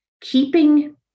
keeping